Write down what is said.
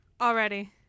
Already